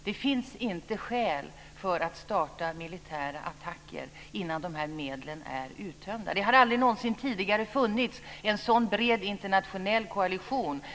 Det finns inte skäl för att starta militära attacker innan de här medlen är uttömda. Det har aldrig någonsin tidigare funnits en så bred internationell koalition.